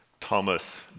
Thomas